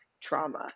trauma